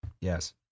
Yes